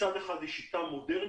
שמצד אחד היא שיטה מודרנית,